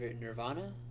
Nirvana